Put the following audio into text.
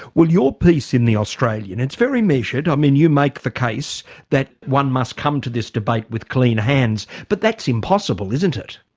well your piece in the australian, it's very measured, i mean, you make the case that one must come to this debate with clean hands, but that's impossible isn't it?